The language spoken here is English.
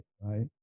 right